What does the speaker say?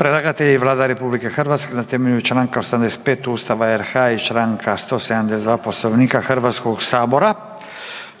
Predlagatelj je Vlada RH na temelju čl. 85. Ustava RH i čl. 172. Poslovnika HS-a.